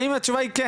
האם התשובה היא כן?